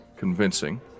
convincing